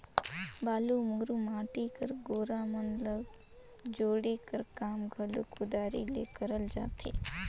बालू, मुरूम, माटी कर गारा मन ल जोड़े कर काम घलो कुदारी ले करल जाथे